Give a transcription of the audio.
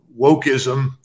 wokeism